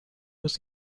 was